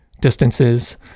distances